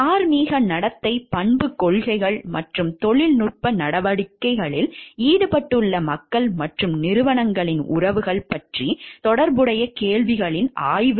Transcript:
தார்மீக நடத்தை பண்புக் கொள்கைகள் மற்றும் தொழில்நுட்ப நடவடிக்கைகளில் ஈடுபட்டுள்ள மக்கள் மற்றும் நிறுவனங்களின் உறவுகள் பற்றி தொடர்புடைய கேள்விகளின் ஆய்வு